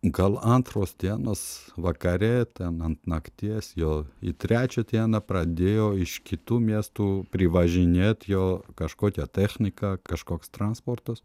gal antros dienos vakare ten ant nakties jau į trečią dieną pradėjo iš kitų miestų privažinėt jo kažkokia technika kažkoks transportas